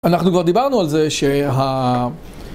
אנחנו כבר דיברנו על זה שה...